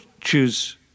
choose